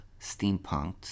Steampunked